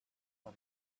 her